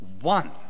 one